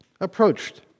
approached